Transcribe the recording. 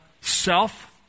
self